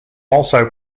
also